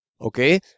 Okay